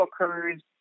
occurs